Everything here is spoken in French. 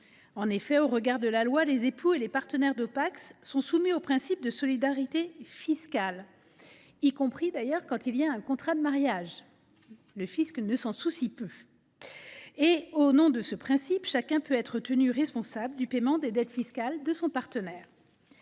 En effet, au regard de la loi, les époux et les partenaires de Pacs sont soumis au principe de solidarité fiscale, y compris d’ailleurs quand il y a un contrat de mariage : le fisc s’en soucie peu… Et au nom de ce principe, chacun peut être tenu responsable du paiement des dettes fiscales de son partenaire.